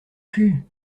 cul